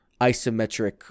isometric